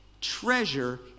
treasure